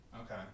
Okay